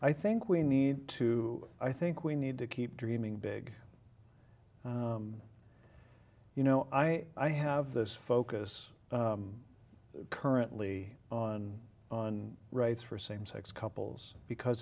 i think we need to i think we need to keep dreaming big you know i i have this focus currently on on rights for same sex couples because